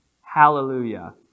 hallelujah